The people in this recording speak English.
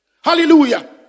Hallelujah